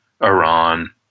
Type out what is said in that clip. Iran